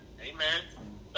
Amen